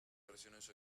versiones